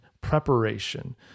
preparation